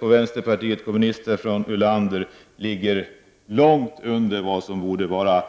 Jag tycker att Ulanders angrepp på vpk ligger långt under vad som borde vara